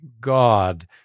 God